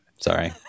Sorry